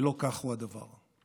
ולא כך הוא הדבר.